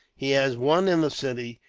he has one in the city,